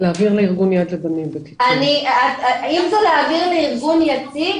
אם זה להעביר לארגון יציג,